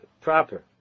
proper